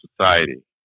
society